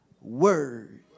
word